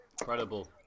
Incredible